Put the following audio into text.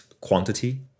quantity